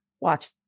Watch